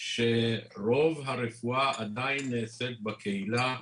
שרוב הרפואה עדיין נעשית בקהילה,